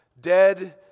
dead